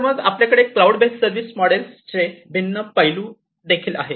तर मग आपल्याकडे क्लाउड बेस्ड सर्व्हिस मॉडेल्समध्ये भिन्न पैलू आहेत